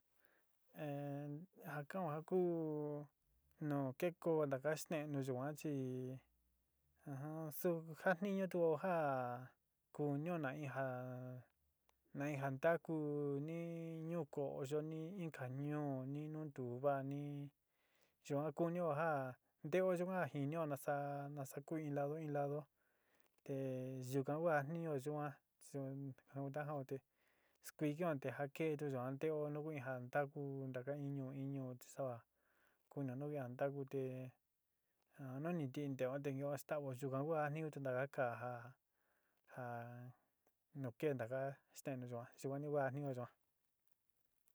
He akaon hakuu no'o ke'e ko'ó ndakaxhé ninguachí ajan xo'o já niño tuu hujá, koñona ija'á neiján takuu niño koyó iin iin camión iin ñuu tu va'á ñi'i yo'á kuu ñoja'a, ndeojo ñakiño ñaxa'a naxkui iin lado iin lado, te'e yukuu hu'a niuu yu'á yuón nakui kuaja note'é expije nika'a njé nikua yeón noiin niján takuu ninraka iin ña'a iño'o, tixuá kona nakuu takuté ha nanite tii onndé nioxte tanguó yukakua nioti yuka'a nguaxka ha nokenda ka'á ixte niuku nikua nikuani ñuu yuu há.